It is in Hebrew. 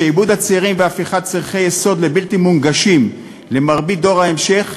שעבוד הצעירים והפיכת צורכי יסוד לבלתי מונגשים למרבית דור ההמשך,